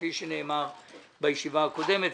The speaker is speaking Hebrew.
כפי שנאמר בישיבה הקודמת,